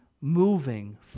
moving